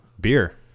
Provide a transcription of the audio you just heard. Beer